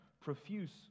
Profuse